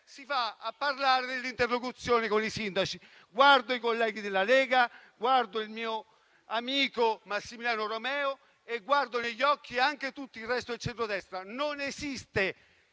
si va a parlare nell'interlocuzione con i sindaci. Guardo i colleghi della Lega, guardo il mio amico Massimiliano Romeo e guardo negli occhi anche tutto il resto del centrodestra: non esiste